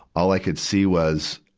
all i could see was,